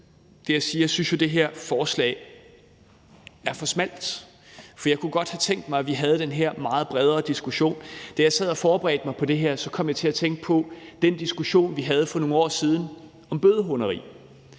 jo synes, at det her forslag er for smalt. Jeg kunne godt have tænkt mig, at vi havde den her meget bredere diskussion. Da jeg sad og forberedte mig på det her, kom jeg til at tænke på den diskussion, vi havde for nogle år siden om bødehåneri,